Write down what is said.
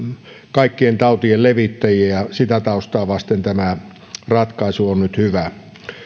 kaikkien tautien levittäjiä ja sitä taustaa vasten tämä ratkaisu on nyt hyvä